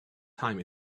time